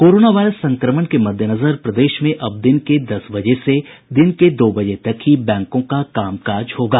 corona virus संक्रमण के मद्देनजर प्रदेश में अब दिन के दस बजे से दिन दो बजे तक ही बैंकों का कामकाज होगा